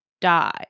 die